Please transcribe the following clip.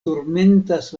turmentas